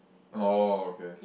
oh okay